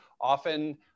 often